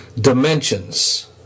dimensions